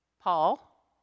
Paul